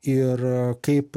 ir kaip